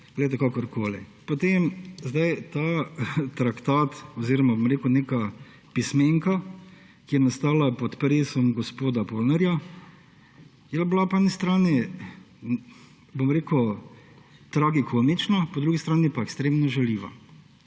glejte, kakorkoli. Potem, zdaj ta traktat oziroma neka pismenka, ki je nastala pod peresom gospoda Polnarja, je bila po eni strani, bom rekel, tragikomična, po drugi strani pa ekstremno žaljiva.